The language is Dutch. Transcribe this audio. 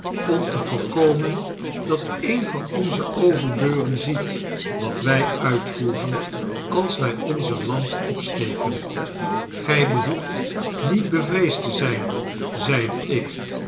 om te voorkomen dat een van onze overburen ziet wat wij uitvoeren als wij onze lamp opsteken gij behoeft niet bevreesd te zijn zeide ik